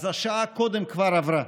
אז השעה קודם כבר עברה.